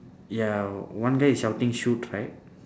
ya one guy is shouting shoot right